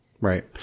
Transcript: Right